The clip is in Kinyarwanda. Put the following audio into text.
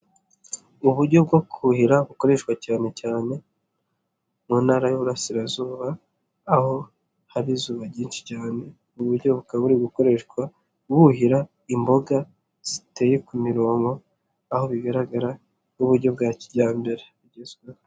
Uburyo bwo kuhira bukoreshwa cyane cyane mu ntara y'Iburasirazuba, aho haba izuba ryinshi cyane, ubu buryo bukaba gukoreshwa buhira imboga ziteye ku mironko, aho bigaragara nk'uburyo bwa kijyambere bugezweho.